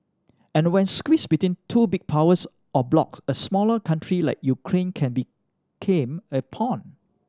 and when squeeze between two big powers or blocs a smaller country like Ukraine can became a pawn